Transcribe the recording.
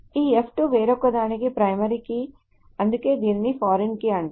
ఈ f2 వేరొకదానికి primary key అందుకే దీనిని ఫారిన్ కీ అంటారు